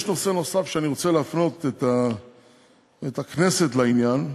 יש נושא נוסף שאני רוצה להפנות את הכנסת אליו,